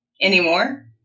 anymore